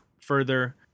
further